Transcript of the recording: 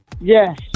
Yes